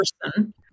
person